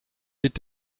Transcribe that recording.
mit